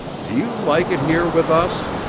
do you like it here with us?